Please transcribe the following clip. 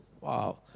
Wow